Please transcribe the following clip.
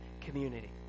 community